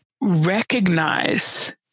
recognize